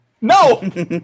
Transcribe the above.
No